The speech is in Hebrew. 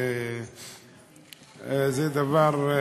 זה דבר,